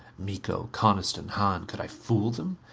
miko, coniston, hahn could i fool them?